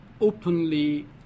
openly